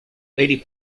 lady